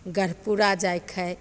गढ़पुरा जाइके हइ